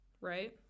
Right